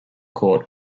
court